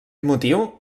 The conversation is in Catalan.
motiu